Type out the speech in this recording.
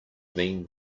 mean